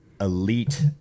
elite